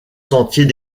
sentiers